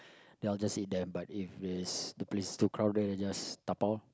then I'll just eat the but if is the place is too crowded then just dabao lor